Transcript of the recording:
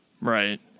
Right